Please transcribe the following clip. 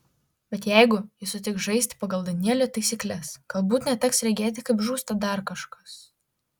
bet jeigu ji sutiks žaisti pagal danielio taisykles galbūt neteks regėti kaip žūsta dar kažkas